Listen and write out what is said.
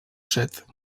set